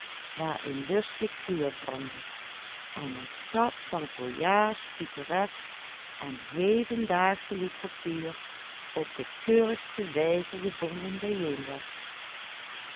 waar een lustig vuur brandde en een schat van voyages pittoresques en hedendaagsche literatuur op de keurigste wijze gebonden bijeen was